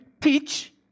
teach